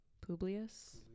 Publius